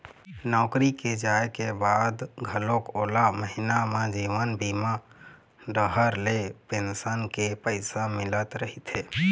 नौकरी के जाए के बाद घलोक ओला महिना म जीवन बीमा डहर ले पेंसन के पइसा मिलत रहिथे